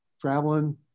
traveling